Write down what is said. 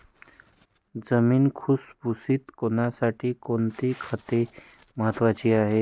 जमीन भुसभुशीत होण्यासाठी कोणती खते महत्वाची आहेत?